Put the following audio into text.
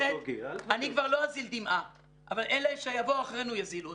אני כבר לא אזיל דמעה אבל אלה שיבואו אחרינו יזילו אותה.